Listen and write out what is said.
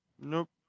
Nope